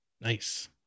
Nice